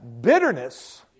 bitterness